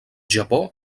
japó